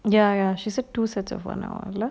ya ya she said two sets of one hour lah